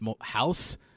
House